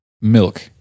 milk